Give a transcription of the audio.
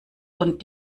und